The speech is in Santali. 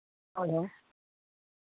ᱦᱳᱭ ᱦᱳᱭ